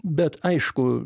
bet aišku